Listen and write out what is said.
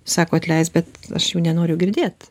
sako atleisk bet aš jų nenoriu girdėt